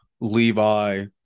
Levi